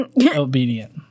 obedient